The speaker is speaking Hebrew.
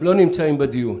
הם לא נמצאים בדיון.